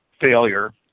failure